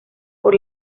por